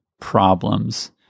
problems